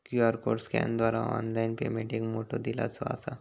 QR code स्कॅनरद्वारा online payment एक मोठो दिलासो असा